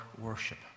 worship